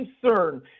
concern